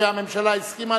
והממשלה הסכימה,